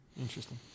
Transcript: Interesting